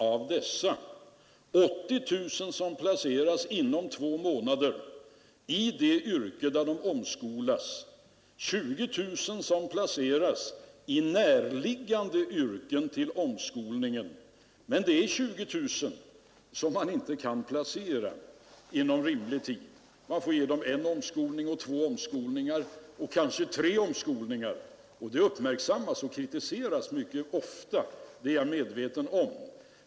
Av dessa placeras 80 000 inom två månader i det yrke som de omskolats för, och 20 000 personer placeras i närliggande yrken. Men det återstår 20 000 personer som inte kan placeras inom rimlig tid. Man får ge dem en, två och kanske tre omskolningar. Det uppmärksammas och kritiseras mycket ofta, det är jag medveten om.